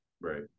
Right